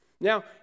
Now